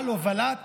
על הובלת